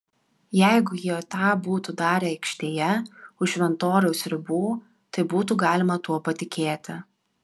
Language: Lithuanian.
jeigu jie tą būtų darę aikštėje už šventoriaus ribų tai būtų galima tuo patikėti